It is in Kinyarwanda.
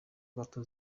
gato